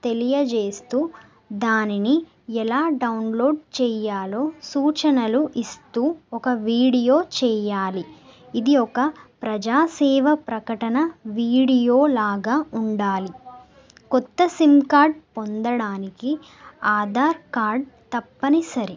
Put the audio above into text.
తెలియజేస్తూ దానిని ఎలా డౌన్లోడ్ చేయాలో సూచనలు ఇస్తూ ఒక వీడియో చేయాలి ఇది ఒక ప్రజాసేవ ప్రకటన వీడియోలాగా ఉండాలి కొత్త సిమ్ కార్డ్ పొందడానికి ఆధార్ కార్డ్ తప్పనిసరే